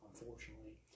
Unfortunately